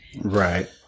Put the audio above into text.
right